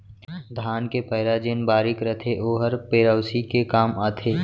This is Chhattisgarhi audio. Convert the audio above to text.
धान के पैरा जेन बारीक रथे ओहर पेरौसी के काम आथे